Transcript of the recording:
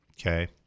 Okay